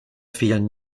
vielen